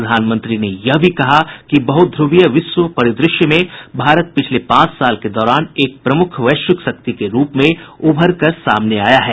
प्रधानमंत्री ने यह भी कहा कि बहध्रवीय विश्व परिदृश्य में भारत पिछले पांच साल के दौरान एक प्रमुख वैश्विक शक्ति के रूप में उभरकर सामने आया है